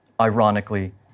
ironically